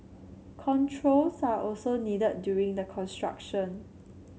controls are also needed during the construction